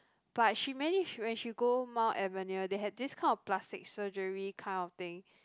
but she manage when she go Mount Alvernia they had this kind of plastic surgery kind of thing